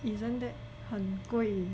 isn't that 很贵